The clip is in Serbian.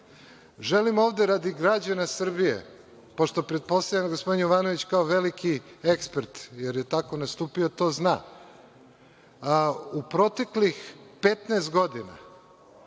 ovde, radi građana Srbije, pošto pretpostavljam da gospodin Jovanović kao veliki ekspert, jer je tako nastupio to zna. U proteklih 15 godina